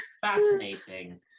fascinating